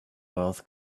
wealth